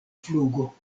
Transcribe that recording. flugo